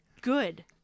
Good